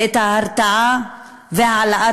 את ההרתעה ואת העלאת